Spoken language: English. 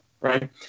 Right